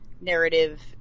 narrative